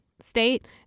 state